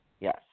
yes